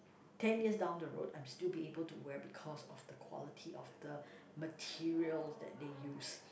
ten years down the road I'm still be able to wear because of the quality of the materials that they use